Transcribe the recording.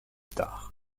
tard